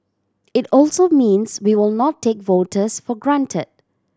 it also means we will not take voters for granted